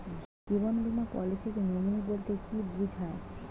জীবন বীমা পলিসিতে নমিনি বলতে কি বুঝায়?